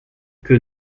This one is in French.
que